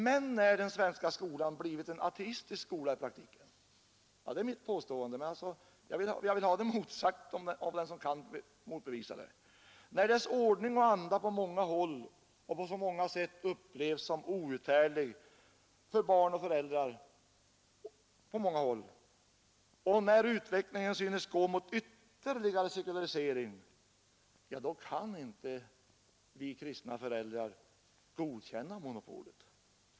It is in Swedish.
Men den svenska skolan har i praktiken blivit en ateistisk skola — ja, det är mitt påstående, men jag vill ha det motsagt av den som kan göra det. När dess ordning och anda på så många håll och på så många sätt upplevs som outhärdliga för barn och föräldrar och när utvecklingen godkänna monopolet.